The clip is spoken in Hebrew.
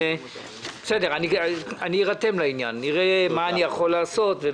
בסדר, ארתם לעניין, נראה מה אני יכול לעשות.